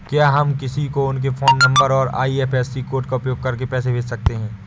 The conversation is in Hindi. क्या हम किसी को उनके फोन नंबर और आई.एफ.एस.सी कोड का उपयोग करके पैसे कैसे भेज सकते हैं?